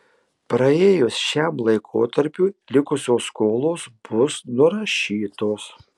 praėjus šiam laikotarpiui likusios skolos bus nurašytos